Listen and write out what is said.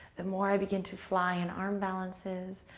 the more i begin to fly in arm balances,